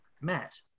Matt